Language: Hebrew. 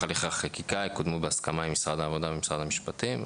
הליכי החקיקה יקודמו בהסכמה עם משרד העבודה ועם משרד המשפטים.